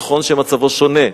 נכון שמצבו שונה.